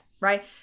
Right